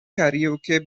karaoke